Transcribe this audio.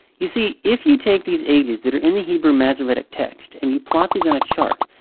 you see, if you take these ages that are in the hebrew masoretic text and you plot these on a chart,